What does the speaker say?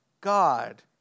God